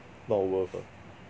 not worth ah